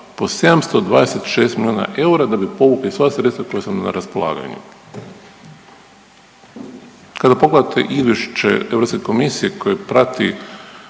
po 726 milijona eura da bi povukli sva sredstva koja su nam na raspolaganju. Kada pogledate Izvješće Europske